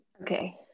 Okay